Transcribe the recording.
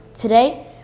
Today